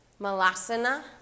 malasana